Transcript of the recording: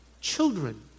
Children